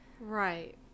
Right